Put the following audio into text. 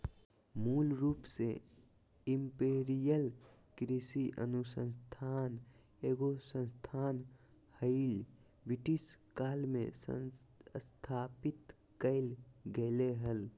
मूल रूप से इंपीरियल कृषि अनुसंधान एगो संस्थान हलई, ब्रिटिश काल मे स्थापित कैल गेलै हल